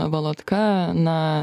valotka na